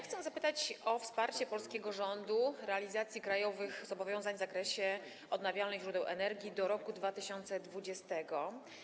Chcę zapytać o wsparcie przez polski rząd realizacji krajowych zobowiązań w zakresie odnawialnych źródeł energii do roku 2020.